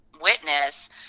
witness